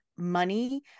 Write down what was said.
money